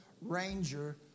ranger